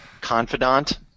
Confidant